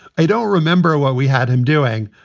i don't remember why we had him doing,